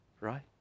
right